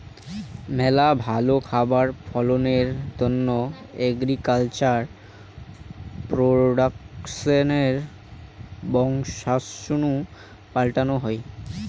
মেলা ভালো খাবার ফলনের তন্ন এগ্রিকালচার প্রোডাক্টসের বংশাণু পাল্টানো হই